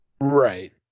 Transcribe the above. Right